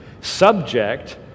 subject